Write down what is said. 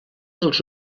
dels